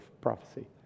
prophecy